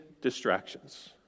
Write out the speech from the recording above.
distractions